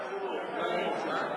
ההצעה להסיר מסדר-היום את הצעת חוק